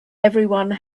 everyone